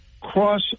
cross